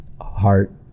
Heart